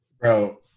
Bro